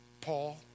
Paul